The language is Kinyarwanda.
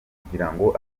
kugirango